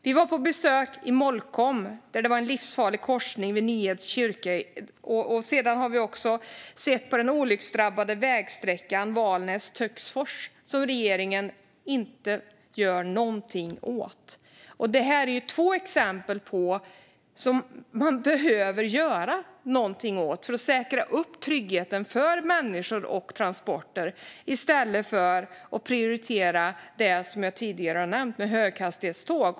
Vi var på besök i Molkom, där det är en livsfarlig korsning vid Nyeds kyrka. Sedan har vi sett på den olycksdrabbade vägsträckan Valnäs-Töcksfors, som regeringen inte gör något åt. Detta är två exempel där man behöver göra något för att säkra tryggheten för människor och transporter i stället för att prioritera det som jag tidigare har nämnt, nämligen höghastighetståg.